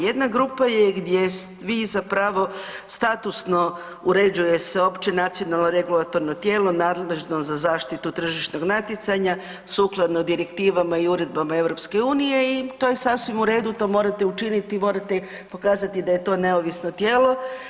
Jedna grupa je gdje vi zapravo statusno uređuje se opće nacionalno regulatorno tijelo nadležno za zaštitu tržišnog natjecanja, sukladno direktivama i uredbama EU i to je sasvim u redu, to morate učiniti, morate pokazati da je to neovisno tijelo.